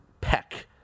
peck